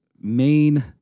main